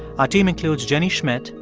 our team includes jenny schmidt,